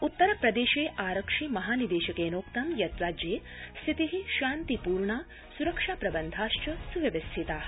उत्तर प्रदेशे आरक्षि महानिदेशकेनोक्तं यत् राज्ये स्थिति शान्तिपूर्णा सुरक्षाप्रबन्धाश्च सुव्यवस्थिता